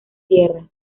tierra